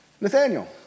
Nathaniel